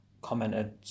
commented